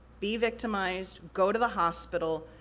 be victimized, go to the hospital,